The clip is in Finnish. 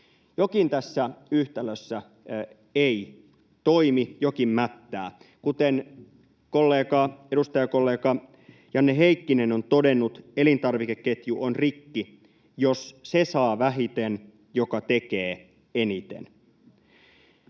Jokin tässä yhtälössä ei toimi, jokin mättää. Kuten edustajakollega Janne Heikkinen on todennut, elintarvikeketju on rikki, jos se saa vähiten, joka tekee eniten.